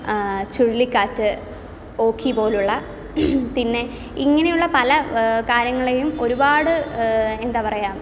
ചുഴലിക്കാറ്റ് ഓഖി പോലുള്ള പിന്നെ ഇങ്ങനെയുള്ള പല കാര്യങ്ങളെയും ഒരുപാട് എന്താ പറയാ